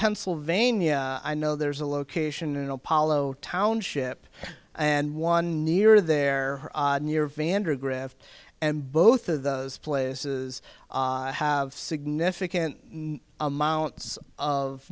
pennsylvania i know there's a location in apollo township and one near there near vandergrift and both of those places have significant amounts of